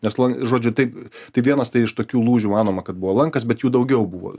nes žodžiu tai tai vienas iš tokių lūžių manoma kad buvo lankas bet jų daugiau buvo